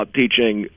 teaching